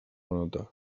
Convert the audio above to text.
nota